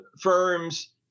firms